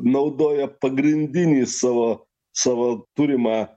naudoja pagrindinį savo savo turimą